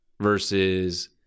versus